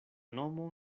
nomo